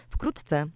Wkrótce